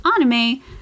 anime